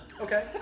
Okay